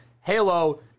Halo